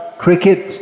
cricket